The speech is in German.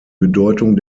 bedeutung